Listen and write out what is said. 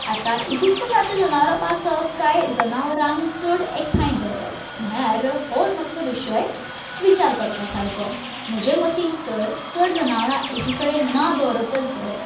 आतां एकूच प्रकारची जनावरां पासप काय जनावरांक चड एकठांय दवरप म्हळ्यार हो मातसो विशय विचार करपा सारको म्हजे मतीन तर चड जनावरां एकी कडेन न दवरपच बरें